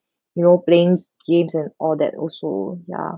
you know playing games and all that also ya